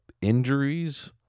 injuries